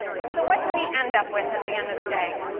so what do we end up with at the end of the day?